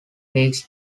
meigs